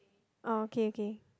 oh okay okay